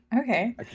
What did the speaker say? Okay